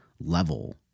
level